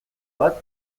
bat